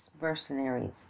mercenaries